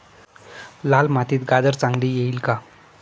लाल मातीत गाजर चांगले येईल का?